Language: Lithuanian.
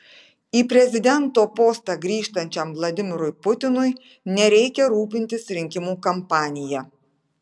į prezidento postą grįžtančiam vladimirui putinui nereikia rūpintis rinkimų kampanija